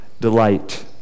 delight